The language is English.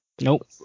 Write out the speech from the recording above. Nope